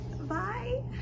Bye